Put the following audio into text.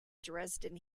dresden